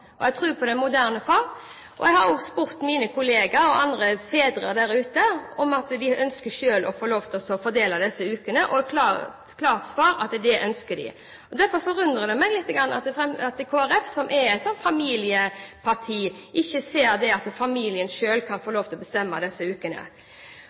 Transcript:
siden? Jeg takker for spørsmålet. Fremskrittspartiet har troen på far, vi tror på den moderne far. Jeg har spurt mine kolleger, og andre fedre der ute, om de selv ønsker å få fordele disse ukene, og har fått klart svar om at det ønsker de. Derfor forundrer det meg litt at Kristelig Folkeparti, som er et familieparti, ikke ser at familien selv skal få